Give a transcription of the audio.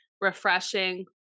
refreshing